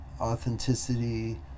authenticity